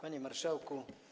Panie Marszałku!